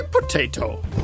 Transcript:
potato